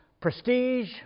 prestige